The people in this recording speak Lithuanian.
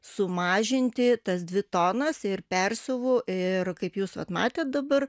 sumažinti tas dvi tonas ir persiuvu ir kaip jūs vat matėt dabar